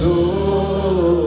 no